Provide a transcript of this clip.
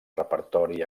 repertori